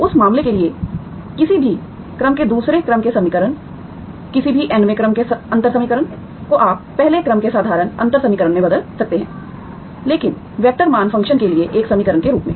उस मामले के लिए किसी भी क्रम के दूसरे क्रम के समीकरण किसी भी n वें क्रम के अंतर समीकरण को आप पहले क्रम के साधारण अंतर समीकरण में बदल सकते हैं लेकिन वेक्टर मान फ़ंक्शन के लिए एक समीकरण के रूप में